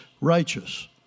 righteous